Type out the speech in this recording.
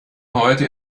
heute